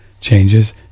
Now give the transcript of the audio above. changes